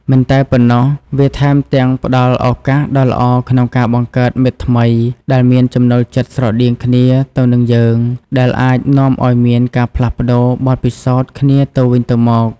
មិនតែប៉ុណ្ណោះ វាថែមទាំងផ្ដល់ឱកាសដ៏ល្អក្នុងការបង្កើតមិត្តថ្មីដែលមានចំណូលចិត្តស្រដៀងគ្នាទៅនឹងយើង ដែលអាចនាំឱ្យមានការផ្លាស់ប្ដូរបទពិសោធន៍គ្នាទៅវិញទៅមក។